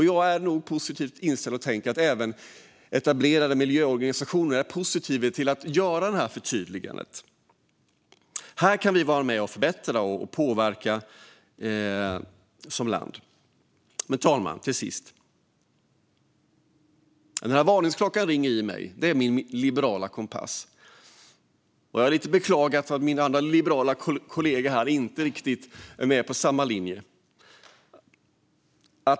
Jag är positiv och tänker att även etablerade miljöorganisationer är positivt inställda till att göra ett sådant förtydligande. Här kan vi som land vara med och påverka och göra förbättringar. Fru talman! När varningsklockan, avslutningsvis, ringer i mig är det min liberala kompass som ger sig till känna. Jag beklagar att min liberala kollega här inte riktigt är med på samma linje som jag.